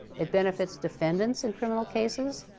it benefits defendants in criminal cases,